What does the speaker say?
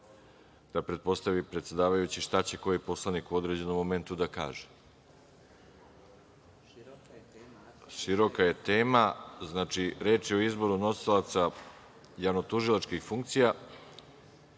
da pretpostavi predsedavajući šta će koji poslanik u određenom momentu da kaže. Široka je tema, reč je o izboru nosilaca javno-tužilačkih funkcija. Ne